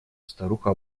старуха